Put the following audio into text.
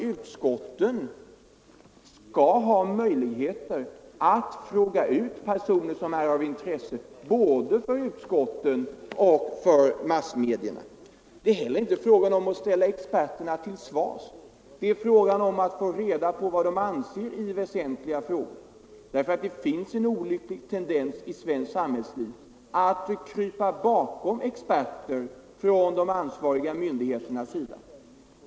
Utskotten skall ha möjligheter att fråga ut personer som är av intresse både för utskotten och för massmedierna. Det är inte heller fråga om att ställa experterna till svars, utan om att få reda på vad de anser i väsentliga frågor; det finns en olycklig tendens i svenskt samhällsliv att ansvariga myndigheter kryper bakom experter.